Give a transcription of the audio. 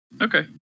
Okay